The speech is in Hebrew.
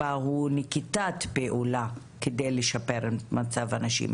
הוא נקיטת פעולה כדי לשפר את מצב הנשים.